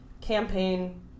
campaign